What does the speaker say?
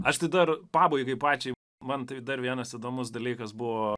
aš tai dar pabaigai pačiai man tai dar vienas įdomus dalykas buvo